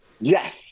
Yes